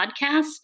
podcast